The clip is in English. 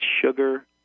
sugar